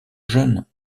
jeune